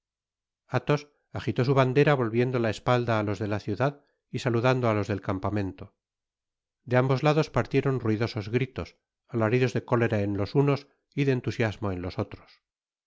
athos ajitó su bandera volviendo la espalda á los de la ciudad y saludando á los del campamento de ambos lados partieron ruidosos gritos alaridos de cólera en los unos y de entusiasmo en los otros